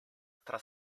tra